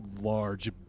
large